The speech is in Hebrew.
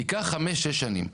ייקח חמש שש שנים.